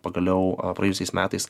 pagaliau praėjusiais metais